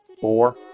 four